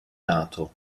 nato